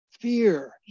fear